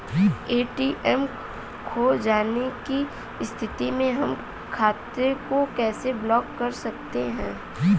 ATM खो जाने की स्थिति में हम खाते को कैसे ब्लॉक कर सकते हैं?